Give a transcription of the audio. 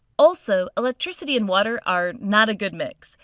also, electricity and water are not a good mix.